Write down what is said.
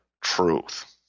truth